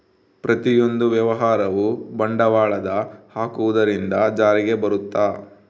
ಪ್ರತಿಯೊಂದು ವ್ಯವಹಾರವು ಬಂಡವಾಳದ ಹಾಕುವುದರಿಂದ ಜಾರಿಗೆ ಬರುತ್ತ